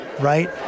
right